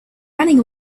running